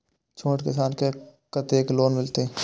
छोट किसान के कतेक लोन मिलते?